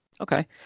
Okay